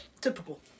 Typical